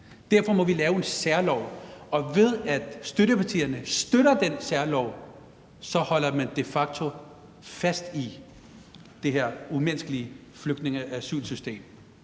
derfor må lave en særlov, og at når støttepartierne støtter den særlov, holder man de facto fast i det her umenneskelige flygtninge- og asylsystem.